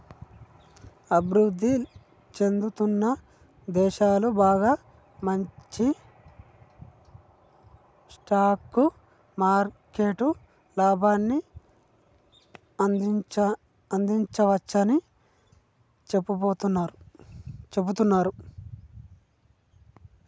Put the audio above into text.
అభివృద్ధి చెందుతున్న దేశాలు బాగా మంచి స్టాక్ మార్కెట్ లాభాన్ని అందించవచ్చని సెబుతుంటారు